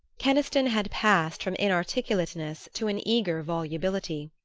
keniston had passed from inarticulateness to an eager volubility.